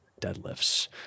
deadlifts